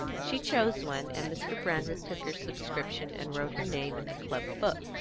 she chose one, and mr. brandreth took her subscription, and wrote her name in the club book.